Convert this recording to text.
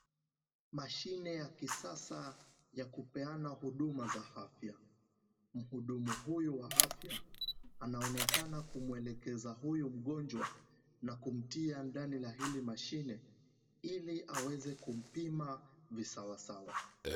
Mashine ya kisasa ya kupeana huduma za afya. Mhudumu huyu wa afya anaonekana kumwelekeza huyu mgonjwa na kumti andani ya hili mashine, ili aweze kumpima visawasawa.